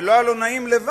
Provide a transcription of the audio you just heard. ולא היה לו נעים לבד,